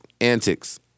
antics